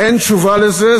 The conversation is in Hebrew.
אין תשובה על זה.